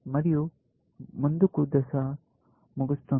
మరియు ముందుకు దశ ముగుస్తుంది